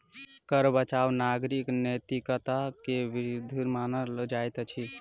कर बचाव नागरिक नैतिकता के विरुद्ध मानल जाइत अछि